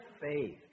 faith